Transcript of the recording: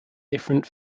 different